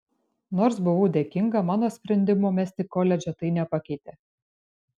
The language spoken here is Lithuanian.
nors buvau dėkinga mano sprendimo mesti koledžą tai nepakeitė